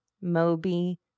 Moby